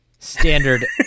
Standard